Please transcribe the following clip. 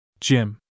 Jim